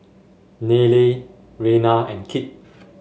Nayely Reyna and Kit